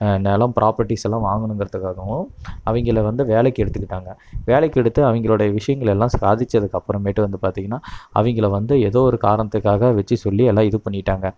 நிலம் ப்ராபர்ட்டிஸ் எல்லாம் வாங்கணுங்கிறதுக்காகவும் அவங்கள வந்து வேலைக்கு எடுத்துக்கிட்டாங்க வேலைக்கு எடுத்து அவங்களோட விஷயங்களெல்லாம் சாதித்ததுக்கு அப்புறமேட்டு வந்து பார்த்திங்கன்னா அவங்கள வந்து ஏதோ ஒரு காரணத்துக்காக வச்சு சொல்லி எல்லாம் இது பண்ணிட்டாங்க